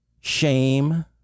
shame